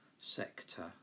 sector